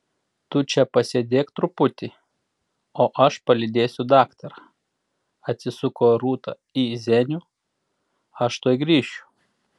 tu čia pasėdėk truputį o aš palydėsiu daktarą atsisuko rūta į zenių aš tuoj grįšiu